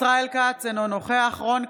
ישראל כץ, אינו נוכח רון כץ,